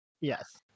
yes